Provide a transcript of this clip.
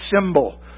symbol